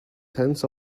tenths